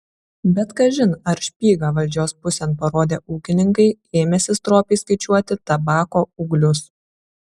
bet kažin ar špygą valdžios pusėn parodę ūkininkai ėmėsi stropiai skaičiuoti tabako ūglius